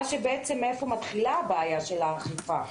מאיפה מתחילה הבעיה של האכיפה.